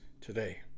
today